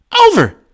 over